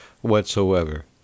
whatsoever